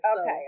Okay